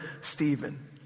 Stephen